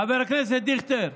חבר הכנסת דיכטר,